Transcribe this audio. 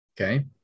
Okay